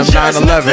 9/11